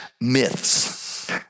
myths